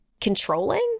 controlling